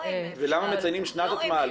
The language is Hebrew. ולמה מציינים שנת הטמעה,